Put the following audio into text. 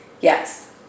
Yes